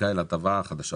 זכאי להטבה החדשה,